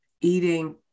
eating